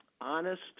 honest